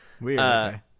Weird